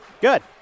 good